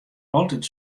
altyd